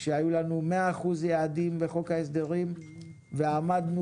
שהיו לנו 100% יעדים בחוק ההסדרים ועמדנו